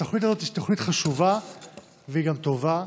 התוכנית הזאת היא תוכנית חשובה והיא גם טובה,